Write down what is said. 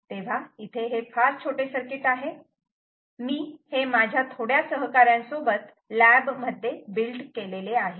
तेव्हा इथे हे फार छोटे सर्किट आहे मी हे माझ्या थोड्या सहकाऱ्या सोबत लॅब मध्ये बिल्ट केलेले आहे